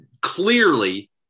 clearly